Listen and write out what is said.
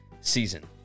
season